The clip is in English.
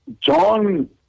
John